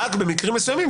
רק במקרים מסוימים,